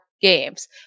Games